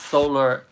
Solar